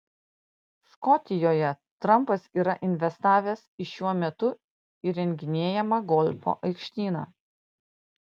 škotijoje trampas yra investavęs į šiuo metu įrenginėjamą golfo aikštyną